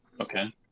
Okay